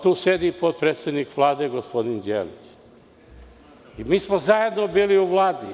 Tu sedi potpredsednik Vlade, gospodin Đelić, mi smo zajedno bili u Vladi.